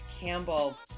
campbell